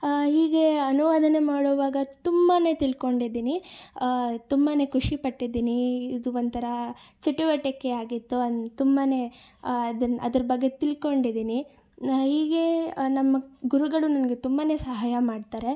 ಹೀಗೆ ಅನುವಾದ ಮಾಡುವಾಗ ತುಂಬಾ ತಿಳ್ಕೊಂಡಿದ್ದೀನಿ ತುಂಬಾ ಖುಷಿ ಪಟ್ಟಿದ್ದೀನಿ ಇದು ಒಂಥರಾ ಚಟುವಟಿಕೆ ಆಗಿತ್ತು ಅನ್ ತುಂಬಾ ಅದನ್ನು ಅದ್ರ ಬಗ್ಗೆ ತಿಳ್ಕೊಂಡಿದೀನಿ ನಾ ಹೀಗೆ ನಮ್ಮ ಗುರುಗಳು ನನಗೆ ತುಂಬಾ ಸಹಾಯ ಮಾಡ್ತಾರೆ